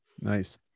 Nice